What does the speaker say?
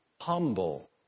humble